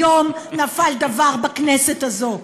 היום נפל דבר בכנסת הזאת,